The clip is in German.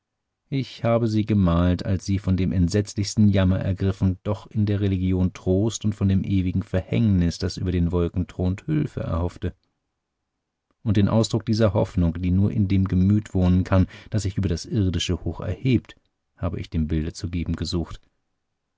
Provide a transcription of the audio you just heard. ich habe sie gemalt als sie von dem entsetzlichsten jammer ergriffen doch in der religion trost und von dem ewigen verhängnis das über den wolken thront hülfe hoffte und den ausdruck dieser hoffnung die nur in dem gemüt wohnen kann das sich über das irdische hoch erhebt habe ich dem bilde zu geben gesucht